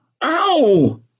Ow